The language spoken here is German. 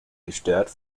gestört